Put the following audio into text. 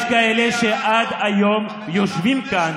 יש כאלה שעד היום יושבים כאן,